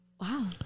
Wow